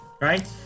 right